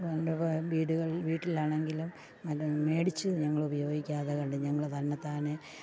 അതുകൊണ്ട് വീടുകളിൽ വീട്ടിലാണെങ്കിലും വല്ലതും മേടിച്ചു ഞങ്ങളുപയോഗിക്കാതെ കണ്ട് ഞങ്ങൾ തന്നെത്താനെ